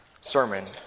sermon